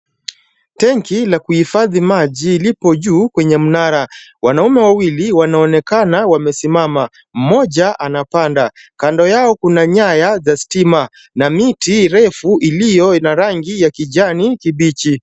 Tenki la kuhifadhi maji lipo juu ya mnara. Wanaume wawili wanaonekana wamesimama. Mmoja anapanda. Kando yao kuna nyaya za stima na miti refu iliyo na rangi ya kijani kibichi.